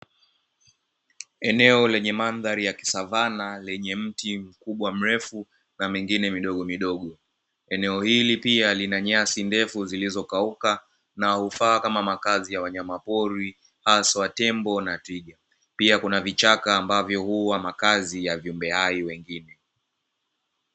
Eneo lenye mandhari ya kisavana lenye mti mkubwa mrefu na mingine midogomidogo. Eneo hili pia lina nyasi ndefu zilizokauka na hufaa kama makazi ya wanyamapori haswa tembo na twiga. Pia kuna vichaka ambavyo huwa makazi ya viumbe hai wengine.